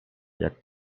jak